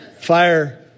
fire